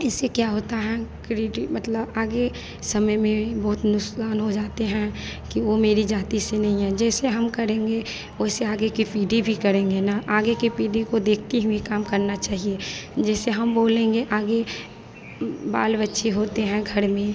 इससे क्या होता हैं क्रेडी मतलब आगे समय में बहुत नुकसान हो जाते हैं कि वह मेरी जाति से नहीं है जैसे हम करेंगे वैसे आगे की पीढ़ी भी करेगी ना आगे की पीढ़ी को देखते हुए काम करना चाहिए जैसे हम बोलेंगे आगे बाल बच्चे होते हैं घर में